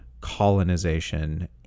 colonization